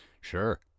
Sure